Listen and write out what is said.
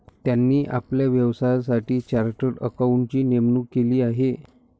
त्यांनी आपल्या व्यवसायासाठी चार्टर्ड अकाउंटंटची नेमणूक केली आहे